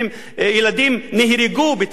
ילדים נהרגו בתאונות דרכים,